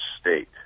state